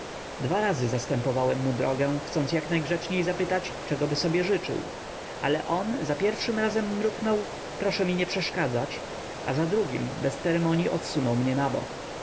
dwa razy zastępowałem mu drogę chcąc jaknajgrzeczniej spytać czegoby sobie życzył ale on za pierwszym razem mruknął proszę mi nie przeszkadzać a za drugim bez ceremonii odsunął mnie na bok